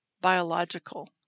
biological